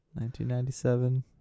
1997